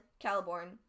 Caliborn